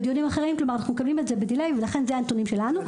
אנחנו מקבלים את זה בדיליי ולכן זה הנתונים שלנו.